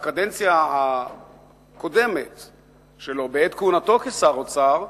בקדנציה הקודמת שלו, בעת כהונתו כשר אוצר,